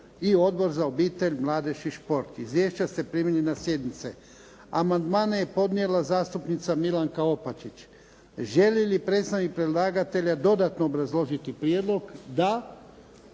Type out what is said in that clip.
i Odbor za obitelj, mladež i šport. Izvješća ste primili na sjednice. Amandmane je podnijela zastupnica Milanka Opačić. Želi li predstavnik predlagatelja dodatno obrazložiti prijedlog? Da.